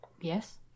yes